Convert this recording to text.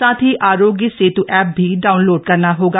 साथ ही आरोग्य सेत एप भी डाउनलोड करना होगा